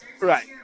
right